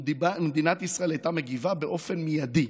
מדינת ישראל הייתה מגיבה באופן מיידי.